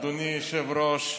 אדוני היושב-ראש,